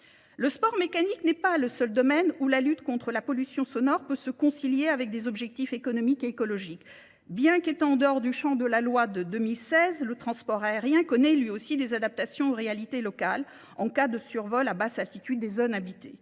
Le sport mécanique n'est pas le seul domaine où la lutte contre la pollution sonore peut se concilier avec des objectifs économiques et écologiques. Bien qu'étant en dehors du champ de la loi de 2016, le transport aérien connaît lui aussi des adaptations aux réalités locales en cas de survol à basse altitude des zones habitées.